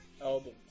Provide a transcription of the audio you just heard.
album